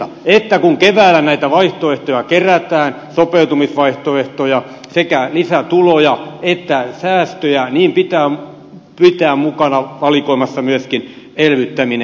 näin ollen kun keväällä näitä vaihtoehtoja kerätään sopeutumisvaihtoehtoja sekä lisätuloja että säästöjä niin pitää pitää mukana valikoimassa myöskin elvyttäminen